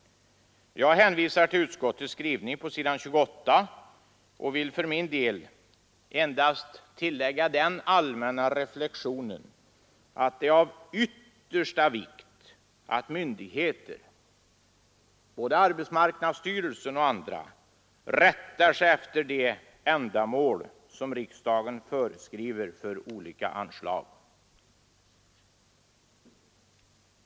Jag hänvisar till utskottets skrivning på s. 28 och vill för min del endast tillägga den allmänna reflexionen, att det är av yttersta vikt att myndigheter — arbetsmarknadsstyrelsen och andra — rättar sig efter de ändamål som riksdagen föreskriver för olika anslag.